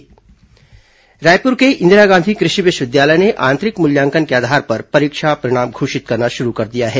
कृषि विवि परिणाम रायपुर के इंदिरा गांधी कृषि विश्वविद्यालय ने आंतरिक मूल्यांकन के आधार पर परीक्षा परिणाम घोषित करना शुरू कर दिया है